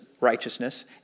righteousness